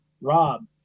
Rob